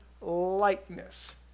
likeness